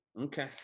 Okay